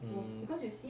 mm